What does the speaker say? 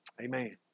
Amen